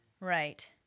Right